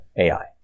AI